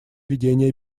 ведения